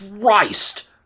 Christ